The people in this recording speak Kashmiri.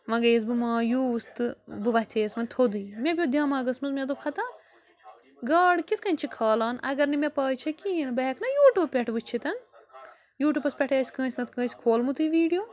وۅنۍ گٔیَس بہٕ مایوٗس تہٕ بہٕ وَژھیٚیَس وۅنۍ تھوٚدُے مےٚ پٮ۪وو دٮ۪ماغَس مےٚ دوٚپ ہتا گاڈ کِتھٕ کٔنۍ چھِ کھالان اگر نہٕ مےٚ پےَ چھِ کِہیٖنٛۍ بہٕ ہٮ۪کہٕ نا یوٗ ٹیٛوٗب پٮ۪ٹھ وُچھِتھ یوٗ ٹیٛوٗبَس پٮ۪ٹھے اَسہِ کٲنٛسہِ نَتہٕ کٲنٛسہِ کھولمُتٕے ویٖڈیو